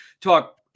talk